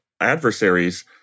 adversaries